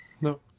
no